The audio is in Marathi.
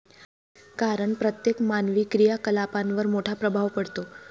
कारण प्रत्येक मानवी क्रियाकलापांवर मोठा प्रभाव पडतो